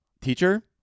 teacher